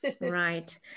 Right